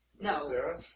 No